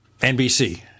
NBC